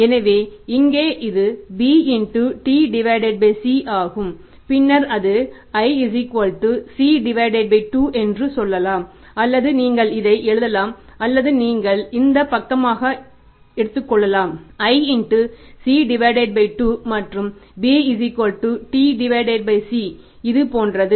எனவே இங்கே இது b T C ஆகும் பின்னர் அது i C 2 என்று சொல்லலாம் அல்லது நீங்கள் இதை எழுதலாம் அல்லது நீங்கள் இந்த பக்கமாக எடுத்துக்கொள்ளலாம் i C 2 மற்றும் b TC இது போன்றது